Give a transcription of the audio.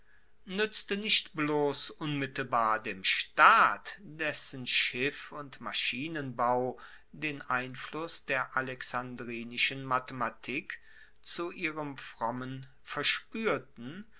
nuetzte nicht bloss unmittelbar dem staat dessen schiff und maschinenbau den einfluss der alexandrinischen mathematik zu ihrem frommen verspuerten